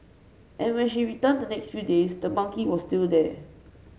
and when she returned the next few days the monkey was still there